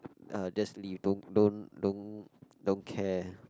uh just leave don't don't don't don't care